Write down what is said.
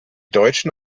deutschen